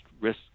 risk